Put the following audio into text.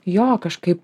jo kažkaip